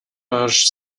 page